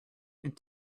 and